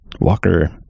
Walker